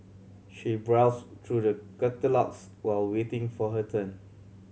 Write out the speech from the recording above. she browsed through the catalogues while waiting for her turn